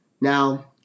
Now